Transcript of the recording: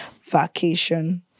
vacation